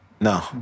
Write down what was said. No